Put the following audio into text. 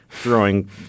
throwing